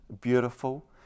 beautiful